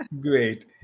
Great